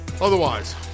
Otherwise